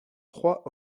trois